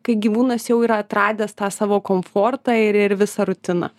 kai gyvūnas jau yra atradęs tą savo komfortą ir ir visą rutiną